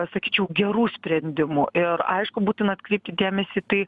sakyčiau gerų sprendimų ir aišku būtina atkreipti dėmesį į tai